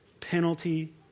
penalty